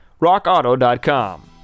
Rockauto.com